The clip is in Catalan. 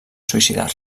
suïcidar